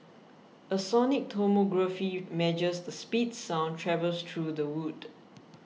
a sonic tomography measures the speed sound travels through the wood